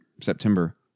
September